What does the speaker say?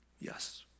Yes